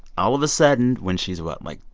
all of a sudden, when she's what? like,